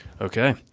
Okay